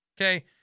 Okay